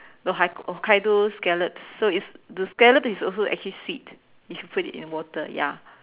no hi~ Hokkaido scallop so it's the scallop is also actually sweet if you put it in the water ya